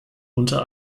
unter